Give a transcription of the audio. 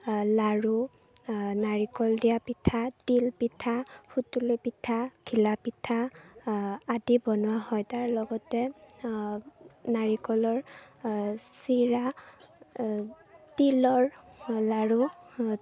লাড়ু নাৰিকল দিয়া পিঠা তিল পিঠা সুতুলি পিঠা ঘিলা পিঠা আদি বনোৱা হয় তাৰ লগতে নাৰিকলৰ চিৰা তিলৰ লাড়ু